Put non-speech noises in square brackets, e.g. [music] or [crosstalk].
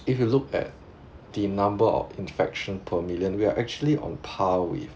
if you look at the number of infection per million we are actually on par with [breath]